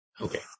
Okay